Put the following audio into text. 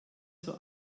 zur